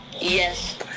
Yes